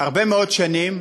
הרבה מאוד שנים